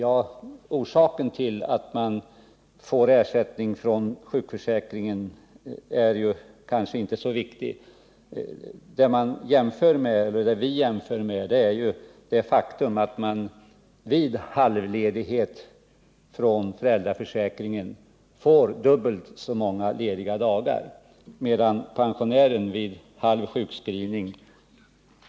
Anledningen till att ersättning utgår från sjukförsäkringen är kanske i detta fall inte så viktig. Den jämförelse vi gör är att man vid halv ledighet enligt föräldraförsäkringen får dubbelt så många lediga dagar som en pensionär får sjukpenning vid halv sjukskrivning.